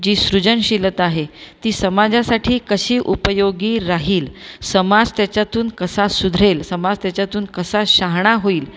जी सृजनशिलता आहे ती समाजासाठी कशी उपयोगी राहील समाज त्याच्यातून कसा सुधारेल समाज त्याच्यातून कसा शहाणा होईल